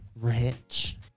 rich